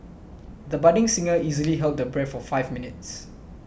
the budding singer easily held her breath for five minutes